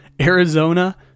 Arizona